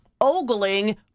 ogling